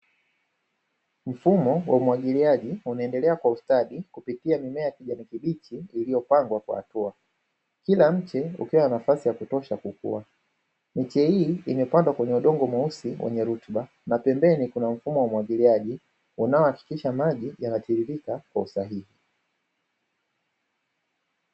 Mfumo wa umwagiliaji unaendelea kwa ustadi kupitia shamba kubwa sana lenye matuta yaliyopangwa kwa hatua, kila tuta likiwa na nafasi ya kutosha kwenye udongo mweusi wenye rutuba, na pembeni kuna mifumo ya umwagiliaji unaohakikisha maji yanatiririka kwa usahihi.